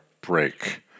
break